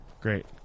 Great